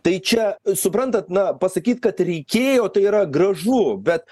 tai čia suprantat na pasakyt kad reikėjo tai yra gražu bet